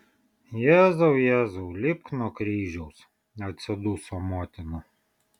jėzau jėzau lipk nuo kryžiaus atsiduso motina